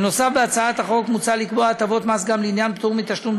בהצעת החוק מוצע לקבוע הטבות גם לעניין פטור מתשלום